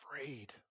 afraid